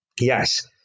Yes